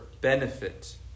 benefit